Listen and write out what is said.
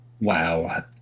Wow